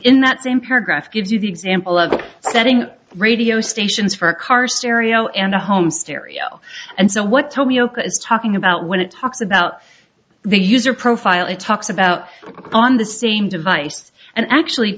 in that same paragraph gives you the example of setting radio stations for a car stereo and a home stereo and so what tomioka is talking about when it talks about the user profile it talks about on the same device and actually